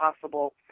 possible